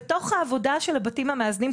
בתוך העבודה של הבתים המאזנים,